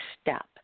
step